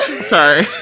Sorry